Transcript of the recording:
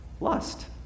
lust